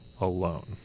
alone